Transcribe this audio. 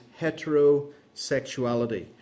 heterosexuality